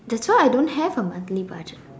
that's why I don't have a monthly budget